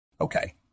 Okay